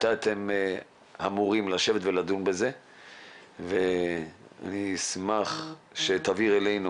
מתי אתם אמורים לשבת ולדון בזה ואני אשמח שתעביר אלינו